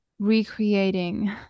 recreating